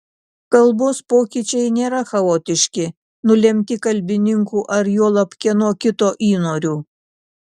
kalbos pokyčiai nėra chaotiški nulemti kalbininkų ar juolab kieno kito įnorių